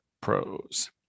pros